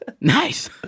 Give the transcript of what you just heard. Nice